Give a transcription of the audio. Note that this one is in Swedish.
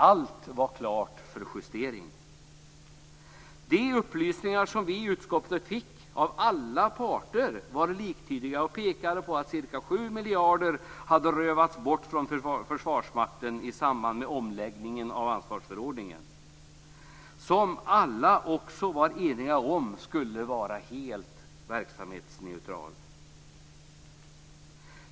Allt var klart för justering. De upplysningar som vi i utskottet fick av alla parter var liktydiga och pekade på att ca 7 miljarder hade rövats bort från Försvarsmakten i samband med omläggningen av ansvarsförordningen, som alla också var eniga om skulle vara helt verksamhetsneutral.